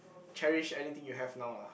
cherish anything you have now lah